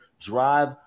drive